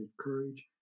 courage